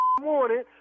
morning